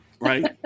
Right